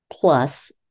plus